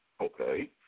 Okay